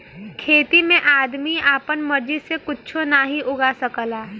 खेती में आदमी आपन मर्जी से कुच्छो नाहीं उगा सकला